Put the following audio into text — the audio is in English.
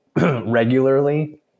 regularly